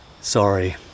Sorry